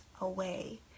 away